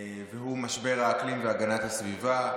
והוא משבר האקלים והגנת הסביבה.